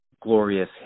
glorious